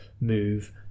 move